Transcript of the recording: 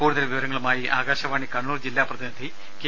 കൂടുതൽ വിവരങ്ങളുമായി ആകാശവാണി കണ്ണൂർ ജില്ലാ പ്രതിനിധി കെ